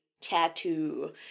tattoo